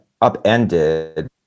upended